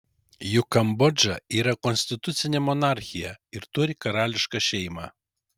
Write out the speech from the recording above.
juk kambodža yra konstitucinė monarchija ir turi karališką šeimą